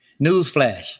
Newsflash